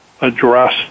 address